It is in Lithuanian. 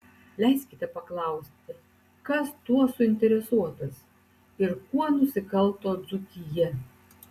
leiskite paklausti kas tuo suinteresuotas ir kuo nusikalto dzūkija